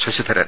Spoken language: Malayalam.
ശശിധരൻ